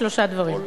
שלושה דברים.